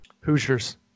Hoosiers